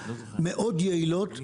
מאוד יעילות,